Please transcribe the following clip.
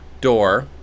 door